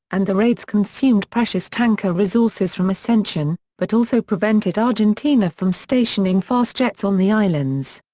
and the raids consumed precious tanker resources from ascension, but also prevented argentina from stationing fast jets on the islands.